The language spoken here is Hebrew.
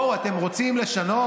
בואו, אתם רוצים לשנות?